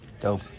dope